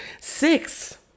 Six